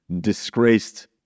disgraced